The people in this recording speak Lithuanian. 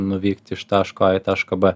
nuvykt iš taško a į tašką b